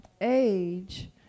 age